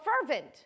fervent